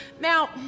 Now